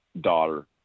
daughter